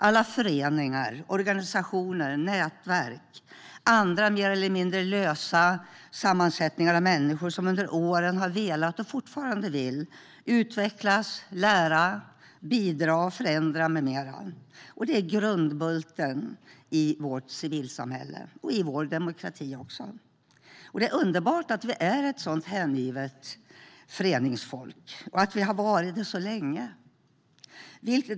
Alla föreningar, organisationer, nätverk och andra mer eller mindre lösa sammanslutningar av människor som under åren har velat, och fortfarande vill, utvecklas, lära, bidra, förändra med mera är grundbulten i vårt civilsamhälle och även i vår demokrati. Det är underbart att vi är ett sådant hängivet föreningsfolk och att vi har varit det så länge.